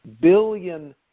billion